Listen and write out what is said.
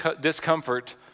discomfort